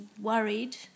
worried